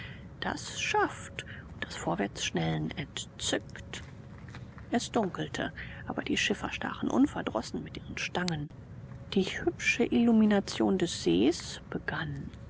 das schafft und das vorwärtsschnellen entzückt es dunkelte aber die schiffer stachen unverdrossen mit ihren stangen die hübsche illumination des sees begann